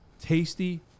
Tasty